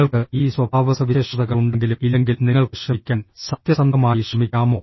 നിങ്ങൾക്ക് ഈ സ്വഭാവസവിശേഷതകൾ ഉണ്ടെങ്കിലും ഇല്ലെങ്കിൽ നിങ്ങൾക്ക് ശ്രമിക്കാൻ സത്യസന്ധമായി ശ്രമിക്കാമോ